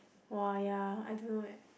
[wah] ya I don't know eh